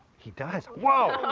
he does whoa!